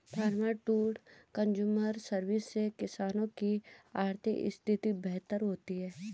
farmer to consumer service से किसानों की आर्थिक स्थिति बेहतर होती है